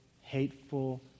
hateful